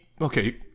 okay